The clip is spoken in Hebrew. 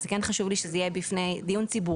אבל זה כן חשוב לי שזה יהיה דיון ציבורי,